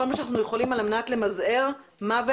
מה שאנחנו יכולים על מנת למזער מוות,